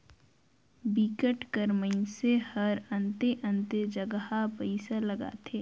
बिकट कर मइनसे हरअन्ते अन्ते जगहा पइसा लगाथे